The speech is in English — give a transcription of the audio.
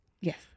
yes